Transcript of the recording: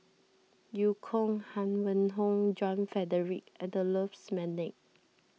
Eu Kong Huang Wenhong John Frederick Adolphus McNair